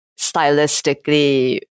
stylistically